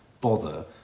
bother